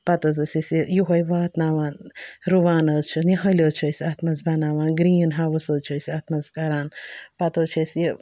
پَتہٕ حظ ٲسۍ أسۍ یہِ یوٚہَے واتناوان رُوان حظ چھِ نِۂلۍ حظ چھِ أسۍ اَتھ منٛز بَناوان گرٛیٖن ہاوُس حظ چھِ أسۍ اَتھ منٛز کَران پَتہٕ حظ چھِ اَسہِ یہِ